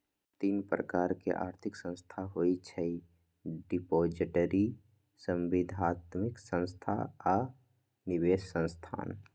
तीन प्रकार के आर्थिक संस्थान होइ छइ डिपॉजिटरी, संविदात्मक संस्था आऽ निवेश संस्थान